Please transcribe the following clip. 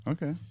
Okay